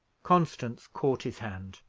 constance caught his hand,